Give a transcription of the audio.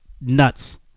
nuts